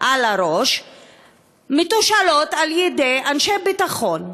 על הראש מתושאלות על-ידי אנשי ביטחון.